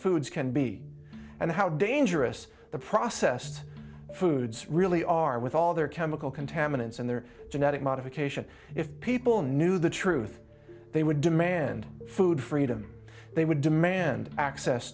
foods can be and how dangerous the processed foods really are with all their chemical contaminants and their genetic modification if people knew the truth they would demand food freedom they would demand access